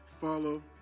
follow